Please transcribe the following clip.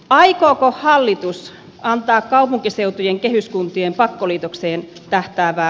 aikooko hallitus antaa kaupunkiseutujen kehyskuntien pakkoliitokseen tähtäävää